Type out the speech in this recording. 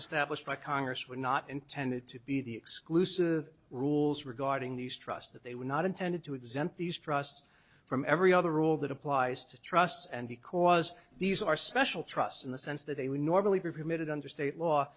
established by congress were not intended to be the exclusive rules regarding these trusts that they were not intended to exempt these trusts from every other rule that applies to trusts and because these are special trusts in the sense that they would normally be permitted under state law